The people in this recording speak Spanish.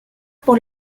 por